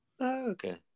Okay